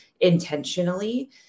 intentionally